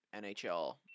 NHL